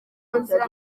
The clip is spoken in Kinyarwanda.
nzira